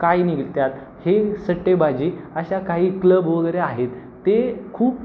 काही निघत्यात हे सट्टेबाजी अशा काही क्लब वगैरे आहेत ते खूप